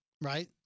Right